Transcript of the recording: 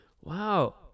Wow